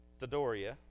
Thedoria